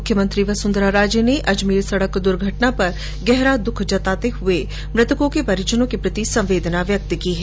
मुख्यमंत्री वसुन्धरा राजे ने अजमेर सड़क दुर्घटना पर गहरा दुःख व्यक्त करते हुए मृतकों के परिजनों के प्रति संवेदना व्यक्त की हैं